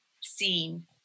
seen